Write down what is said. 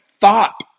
thought